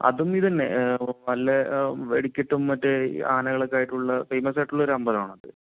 അതും ഇതുതന്നെ നല്ല വെടിക്കെട്ടും മറ്റേ ആനകളൊക്കെ ആയിട്ടുള്ള ഫെയ്മസ് ആയിട്ടുള്ള ഒരു അമ്പലമാണത്